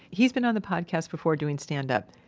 he's been on the podcast before doing stand-up,